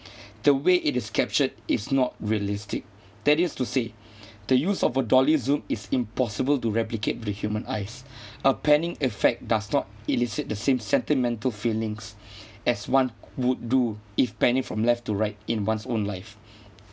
the way it is captured is not realistic that is to say the use of a dolly zoom is impossible to replicate the human eyes a panning effect does not elicit the same sentimental feelings as one would do if panning from left to right in one's own life